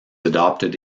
adopted